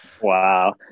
Wow